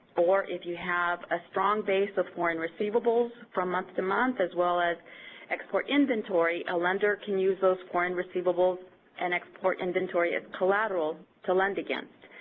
or if you have a strong base of foreign receivables from month to month as well as export inventory, a lender can use those foreign receivables and export inventory as collateral to lend against.